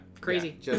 crazy